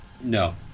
No